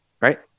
right